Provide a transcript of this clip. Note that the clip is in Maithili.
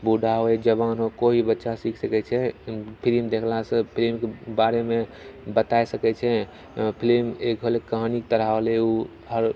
बूढ़ा होइ जबान होय केओ भी बच्चा सीख सकैत छै फिलिम देखलासँ फिलिमके बारेमे बताए सकैत छै फिलिम एक होलै कहानीके तरह होलै ओ हर